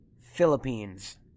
Philippines